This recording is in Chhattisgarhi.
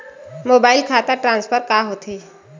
मोबाइल खाता ट्रान्सफर का होथे?